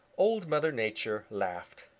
old mother nature laughed.